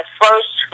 first